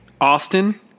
Austin